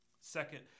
Second